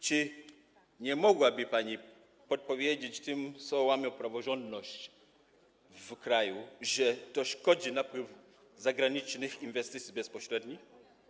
Czy nie mogłaby pani podpowiedzieć tym, co łamią praworządność w kraju, że to szkodzi napływowi zagranicznych inwestycji bezpośrednich?